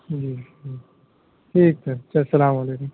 جی جی ٹھیک ہے سر السلام علیکم